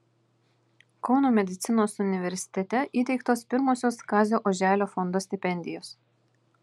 kauno medicinos universitete įteiktos pirmosios kazio oželio fondo stipendijos